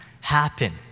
happen